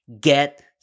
get